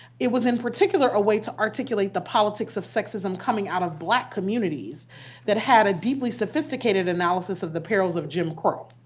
it was, in particular, a way to articulate the politics of sexism coming out of black communities that had a deeply sophisticated analysis of the perils of jim crow.